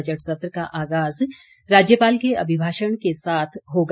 budget सत्र का आगाज़ राज्यपाल के अभिभाषण के साथ होगा